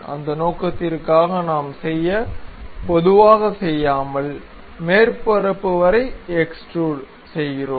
அந்த நோக்கத்திற்காக நாம் செய்ய பொதுவாக செய்யாமல் மேற்பரப்பு வரை எக்ஸ்டுரூட் செய்கிரோம்